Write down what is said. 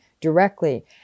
directly